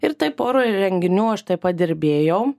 ir taip poroj renginių aš taip padirbėjau